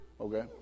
okay